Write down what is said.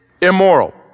immoral